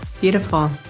beautiful